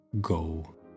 go